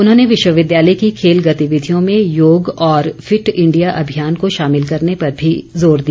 उन्होंने विश्वविद्यालय की खेल गॅतिविधियों में योग और फिट इंडिया अभियान को शामिल करने पर भी जोर दिया